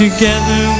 Together